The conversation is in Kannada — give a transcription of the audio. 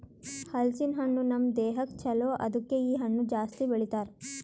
ಹಲಸಿನ ಹಣ್ಣು ನಮ್ ದೇಹಕ್ ಛಲೋ ಅದುಕೆ ಇ ಹಣ್ಣು ಜಾಸ್ತಿ ಬೆಳಿತಾರ್